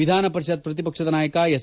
ವಿಧಾನಪರಿಷತ್ ಪ್ರತಿಪಕ್ಷ ನಾಯಕ ಎಸ್